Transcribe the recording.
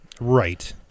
Right